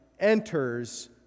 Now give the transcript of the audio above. enters